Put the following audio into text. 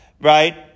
right